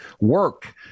work